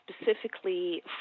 specifically